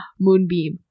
moonbeam